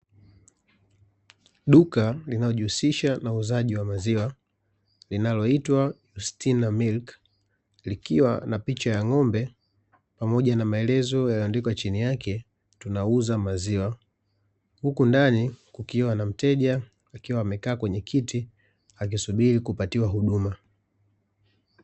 Duka linalo jihusisha na uuzaji wa maziwa linaloitwa "STINA MILK", likiwa na picha ya ng'ombe pamoja na maelezo yaliyo andikwa chini yake " tunauza maziwa", huku ndani kukiwa na mteja akiwa amekaa kwenye kiti akisubiri kupatiwa huduma.